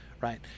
right